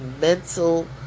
mental